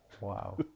Wow